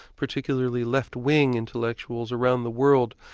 particularly left-wing intellectuals around the world,